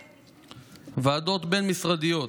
11. ועדות בין-משרדיות,